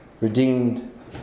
redeemed